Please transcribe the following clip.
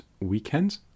weekend